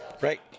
Right